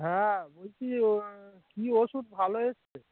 হ্যাঁ বলছি কি ওষুধ ভালো এসছে